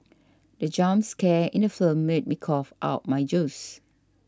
the jump scare in the film made me cough out my juice